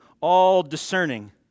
all-discerning